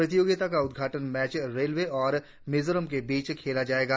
प्रतियोगिता का उद्घाटन मैच रेलवे और मिजोरम के बीच खेला जायेगा